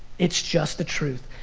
it's just the truth.